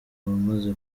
bamaze